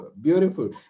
beautiful